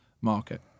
market